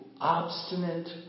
obstinate